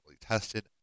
tested